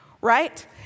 right